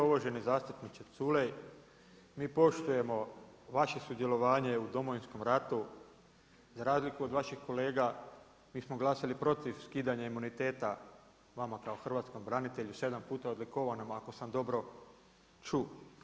Uvaženi zastupniče Culej, mi poštujemo vaše sudjelovanje u Domovinskom ratu za razliku od vaših kolega mi smo glasali protiv skidanja imuniteta vama kao hrvatskom branitelju, sedam puta odlikovanom ako samo dobro čuo.